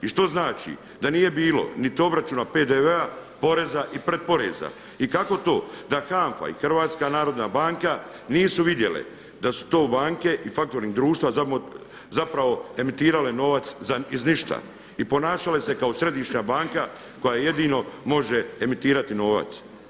I što znači da nije bilo niti obračuna PDV-a, poreza i pred poreza i kako to da HANFA i Hrvatska narodna banka nisu vidjele da su to banke i faktoring društva zapravo emitirale novac iz ništa i ponašale se kao središnja banka koja jedino može emitirati novac.